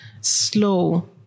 slow